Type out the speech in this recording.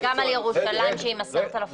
אנחנו מדברים גם על ירושלים שהיא עם 10,000 עובדים.